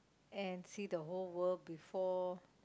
and see the whole world before